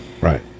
right